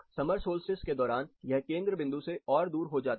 summer solstice के दौरान यह केंद्र बिंदु से और दूर हो जाता है